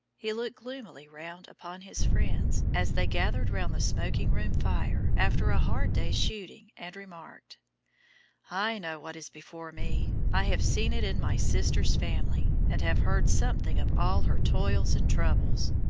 he looked gloomily around upon his friends as they gathered around the smoking-room fire after a hard day's shooting, and remarked i know what is before me. i have seen it in my sister's family, and have heard something of all her toils and troubles.